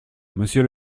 monsieur